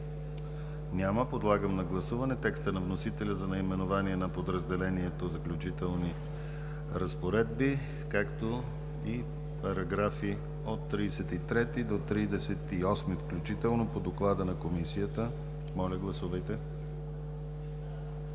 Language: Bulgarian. Няма. Подлагам на гласуване текста на вносителя за наименование на подразделението „Заключителни разпоредби“, както и параграфи от 33 до 38 включително по доклада на Комисията. Гласували